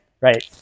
right